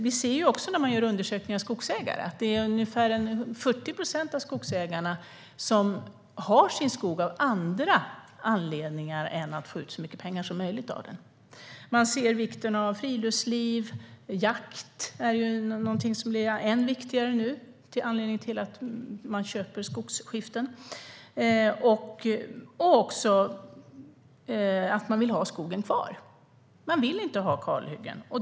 Vid undersökningar av skogsägare har ungefär 40 procent av dem sin skog av andra anledningar än att få ut så mycket pengar som möjligt. Det kan vara för friluftsliv. Jakt blir än viktigare och kan vara en anledning till att de köper skogsskiften. Eller så vill de ha skogen kvar. De vill inte ha kalhyggen.